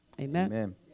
Amen